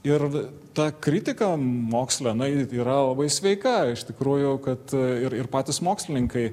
ir ta kritika moksle na ji yra labai sveika iš tikrųjų kad ir ir patys mokslininkai